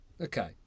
Okay